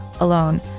alone